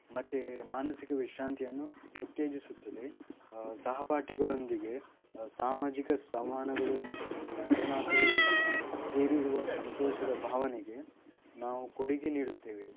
ಮತ್ತು ಮಾನಸಿಕ ವಿಶ್ರಾಂತಿಯನ್ನು ಉತ್ತೇಜಿಸುತ್ತದೆ ಸಹಪಾಠಿಗಳೊಂದಿಗೆ ಸಾಮಾಜಿಕ ಸಮಾನಗಳು ಮತ್ತು ಒಡನಾಟವು ಸಹ ಸೇರಿರುವ ಸಂತೋಷದ ಭಾವನೆಗೆ ನಾವು ಕೊಡುಗೆ ನೀಡುತ್ತೇವೆ